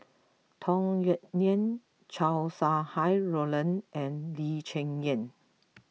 Tung Yue Nang Chow Sau Hai Roland and Lee Cheng Yan